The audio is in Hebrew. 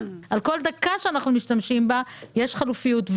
בכל דקה שאנחנו משתמשים בה יש חלופיות.